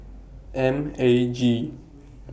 M A G